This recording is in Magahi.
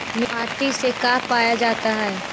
माटी से का पाया जाता है?